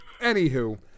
Anywho